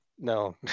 No